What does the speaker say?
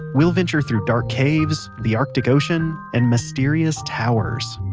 we'll venture through dark caves, the arctic ocean, and mysterious towers.